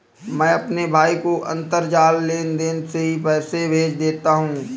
मैं अपने भाई को अंतरजाल लेनदेन से ही पैसे भेज देता हूं